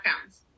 pounds